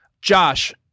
Josh